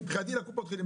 מבחינתי לקופות החולים.